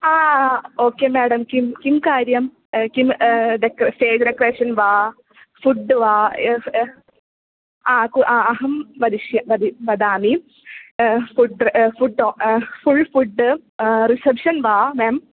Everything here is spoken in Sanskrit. आ अ ओके मेडं किं किं कार्यं किं डेक स्टेज् डेकोरेशन् वा फ़ुड् वा आ आ कु अहं वदिष्ये वदि वदामि food food full food reception वा मेम्